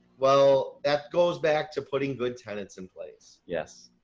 well that goes back to putting good tenants in place. yes.